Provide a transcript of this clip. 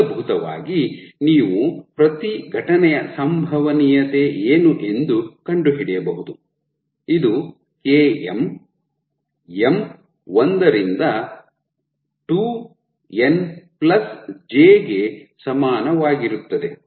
ಮೂಲಭೂತವಾಗಿ ನೀವು ಪ್ರತಿ ಘಟನೆಯ ಸಂಭವನೀಯತೆ ಏನು ಎಂದು ಕಂಡುಹಿಡಿಯಬಹುದು ಇದು km m 1 ರಿಂದ 2n j ಗೆ ಸಮಾನವಾಗಿರುತ್ತದೆ